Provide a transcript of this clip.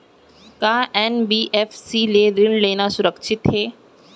का एन.बी.एफ.सी ले ऋण लेना सुरक्षित हे?